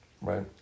Right